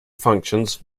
functions